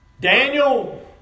Daniel